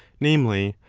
namely,